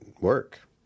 work